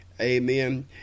Amen